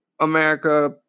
America